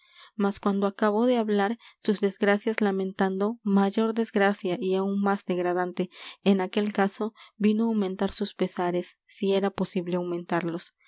mas cuando acabó de hablar sus desgracias lamentando mayor desgracia y aun m á s degradante en aquel caso vino á aumentar sus pesares si era posible aumentarlos